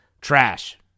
trash